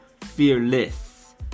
fearless